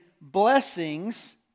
blessings